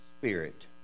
spirit